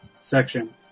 section